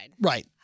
Right